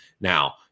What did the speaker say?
Now